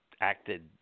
acted